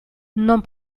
non